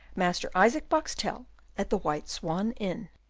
master isaac boxtel at the white swan inn.